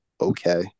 okay